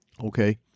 okay